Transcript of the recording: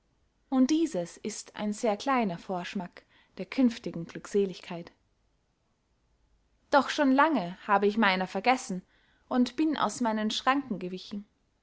und dieses ist ein sehr kleiner vorschmack der künftigen glückseligkeit doch schon lange hab ich meiner vergessen und bin aus meinen schranken gewichen